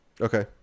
Okay